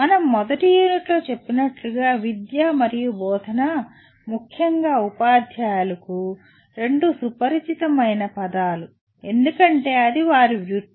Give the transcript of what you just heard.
మనం మొదటి యూనిట్లో చెప్పినట్లుగా "విద్య" మరియు "బోధన" ముఖ్యంగా ఉపాధ్యాయులకు 2 సుపరిచితమైన పదాలు ఎందుకంటే అది వారి వృత్తి